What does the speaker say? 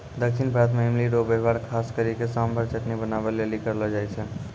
दक्षिण भारत मे इमली रो वेहवार खास करी के सांभर चटनी बनाबै लेली करलो जाय छै